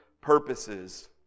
purposes